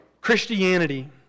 Christianity